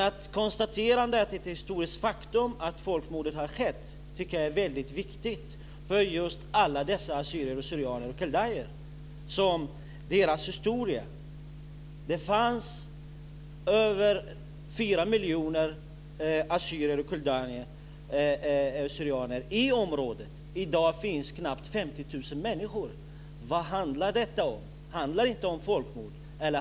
Att konstatera att det är ett historiskt faktum att folkmordet har skett är väldigt viktigt för just alla dessa assyrier, syrianer och kaldéer, för deras historia. Det fanns över 4 miljoner assyrier, syrianer och kaldéer i området, och i dag finns knappt 50 000 människor där. Vad handlar detta om? Handlar det inte om folkmord?